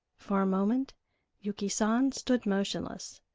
for a moment yuki san stood motionless,